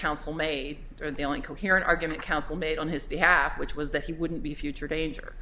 counsel made the only coherent argument counsel made on his behalf which was that he wouldn't be future danger